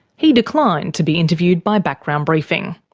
he declined to be interviewed by background briefing.